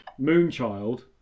moonchild